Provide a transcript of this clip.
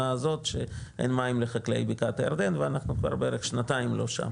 הזאת שאין מים לחקלאי בקעת הירדן ואנחנו בערך כבר שנתיים לא שם.